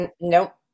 Nope